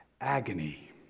agony